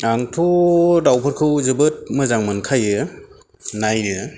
आंथ' दाउफोरखौ जोबोद मोजां मोनखायो नायो